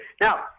now